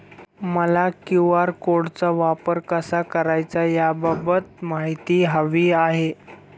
मला क्यू.आर कोडचा वापर कसा करायचा याबाबत माहिती हवी आहे